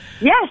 Yes